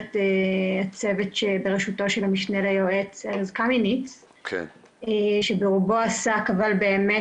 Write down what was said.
במסגרת הצוות שבראשותו של המשנה ליועץ ארז קמיניץ שברובו עסק באמת